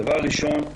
הדבר הראשון,